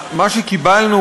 מה שקיבלנו